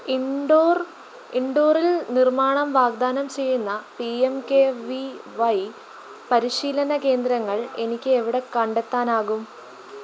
indoor ഇൻഡോറിൽ നിർമ്മാണം വാഗ്ദാനം ചെയ്യുന്ന P M K V Y പരിശീലന കേന്ദ്രങ്ങൾ എനിക്ക് എവിടെ കണ്ടെത്താനാകും